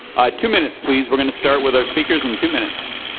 two minutes, please. we are going to start with our speakers, in two minutes.